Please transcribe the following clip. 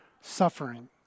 suffering